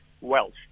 Welsh